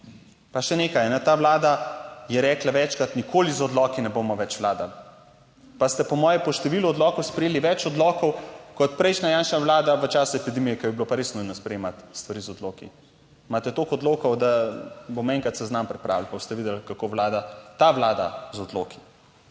Pa še nekaj, ta vlada je rekla večkrat, nikoli z odloki ne bomo več vladali. Pa ste po moje po številu odlokov sprejeli več odlokov, kot prejšnja Janševa vlada v času epidemije, ko je bilo pa res nujno sprejemati stvari z odloki. Imate toliko odlokov, da bomo enkrat seznam pripravili, pa boste videli, kako vlada ta vlada z odloki.